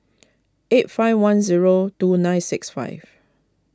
eight five one zero two nine six five